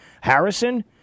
Harrison